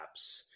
apps